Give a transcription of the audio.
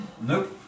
Nope